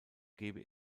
gäbe